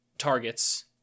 targets